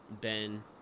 Ben